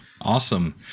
Awesome